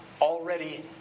already